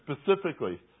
specifically